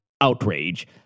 outrage